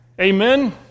Amen